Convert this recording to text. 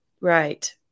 Right